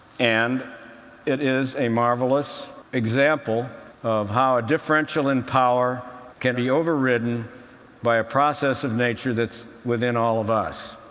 and it is a marvelous example of how a differential in power can be overridden by a process of nature that's within all of us.